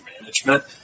management